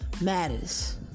matters